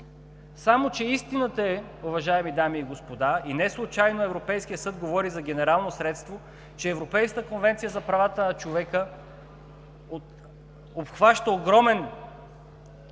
Само че истината, уважаеми дами и господа – и неслучайно Европейският съд говори за генерално средство, е, че Европейската конвенция за правата на човека обхваща огромен